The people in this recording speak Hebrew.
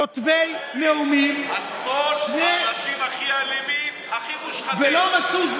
הינה, אתם נמצאים בתוך ממשלת ערב רב כזו.